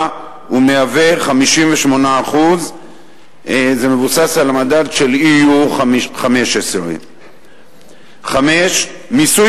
הוא מהווה 58%. זה מבוסס על המדד של EU-15. מיסוי